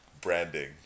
Branding